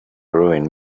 ruin